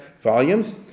volumes